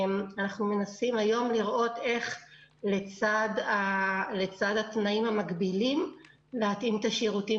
אנחנו מנסים היום לראות איך לצד התנאים המגבילים להתאים את השירותים